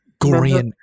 Gorian